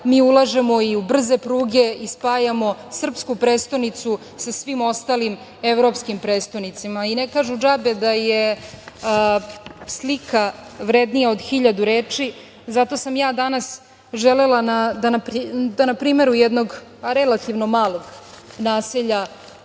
mi ulažemo i u brze pruge i spajamo srpsku prestonicu sa svim ostalim evropskim prestonicama. Ne kažu džabe da je slika vrednija od hiljadu reči. Zato sam danas želela da na primeru jednog relativno malog